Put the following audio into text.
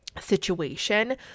situation